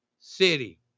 city